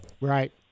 Right